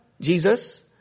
Jesus